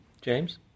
James